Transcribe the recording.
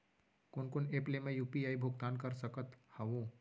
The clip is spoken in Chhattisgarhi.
कोन कोन एप ले मैं यू.पी.आई भुगतान कर सकत हओं?